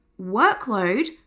workload